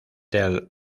del